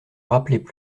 rappelaient